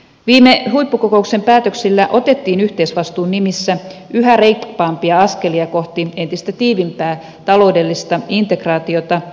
viime huippukokouksen päätöksillä otettiin yhteisvastuun nimissä yhä reippaampia askelia kohti entistä tiiviimpää taloudellista integraatiota